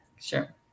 sure